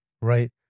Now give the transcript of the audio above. right